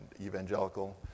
evangelical